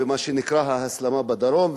ומה שנקרא ההסלמה בדרום,